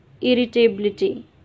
irritability